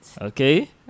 Okay